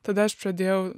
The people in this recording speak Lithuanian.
tada aš pradėjau